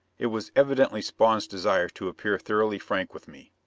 it was evidently spawn's desire to appear thoroughly frank with me.